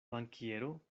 bankiero